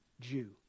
Jew